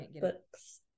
books